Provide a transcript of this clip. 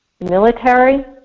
Military